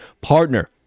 Partner